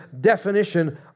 definition